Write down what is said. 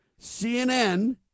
CNN